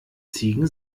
ziegen